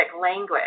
language